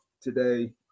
today